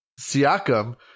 Siakam